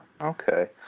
Okay